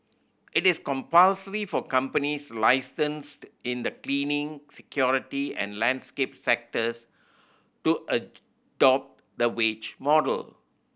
it is compulsory for companies licensed in the cleaning security and landscape sectors to adopt the wage model